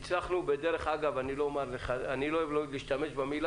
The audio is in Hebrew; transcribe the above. הצלחנו, דרך אגב, אני לא אוהב להשתמש במושג